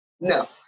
No